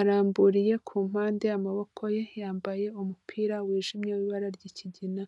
aramburiye ku mpande amaboko ye, yambaye umupira wijimye w'ibara ry'ikigina,